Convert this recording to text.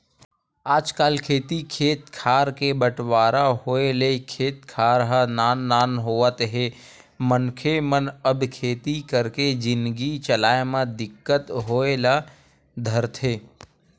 आजकल खेती खेत खार के बंटवारा होय ले खेत खार ह नान नान होवत हे मनखे मन अब खेती करके जिनगी चलाय म दिक्कत होय ल धरथे